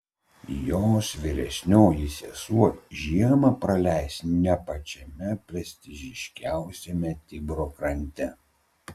jos vyresnioji sesuo žiemą praleis ne pačiame prestižiškiausiame tibro krante